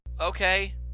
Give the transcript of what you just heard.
Okay